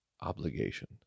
obligation